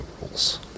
rules